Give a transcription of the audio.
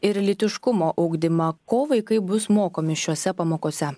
ir lytiškumo ugdymą ko vaikai bus mokomi šiose pamokose